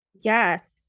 Yes